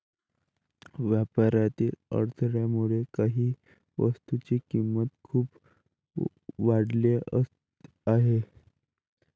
व्यापारातील अडथळ्यामुळे काही वस्तूंच्या किमती खूप वाढल्या आहेत